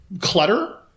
clutter